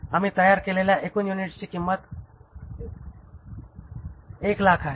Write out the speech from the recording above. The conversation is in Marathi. आम्ही तयार केलेल्या एकूण युनिट्सची किंमत 100000 आहे